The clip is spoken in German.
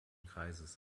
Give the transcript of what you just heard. kreises